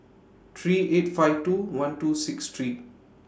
three eight five two one two six three